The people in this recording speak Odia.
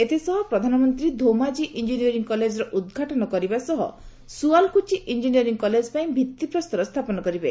ଏଥିସହ ପ୍ରଧାନମନ୍ତ୍ରୀ ଧୋମାଜୀ ଇଞ୍ଜିନିୟରିଂ କଲେଜର ଉଦ୍ଘାଟନ କରିବା ସହି ସୁଆଲପୁଚି ଇଞ୍ଜିନିୟରିଂ କଲେଜ ପାଇଁ ଭିଭିପ୍ରସ୍ତର ସ୍ଥାପନ କରିବେ